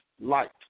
light